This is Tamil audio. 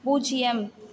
பூஜ்யம்